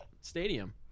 stadium